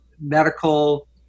medical